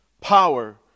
power